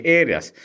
areas